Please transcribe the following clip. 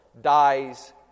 dies